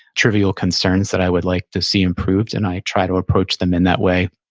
trivial concerns that i would like to see improved, and i try to approach them in that way.